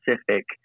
specific